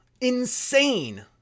Insane